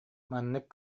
маннык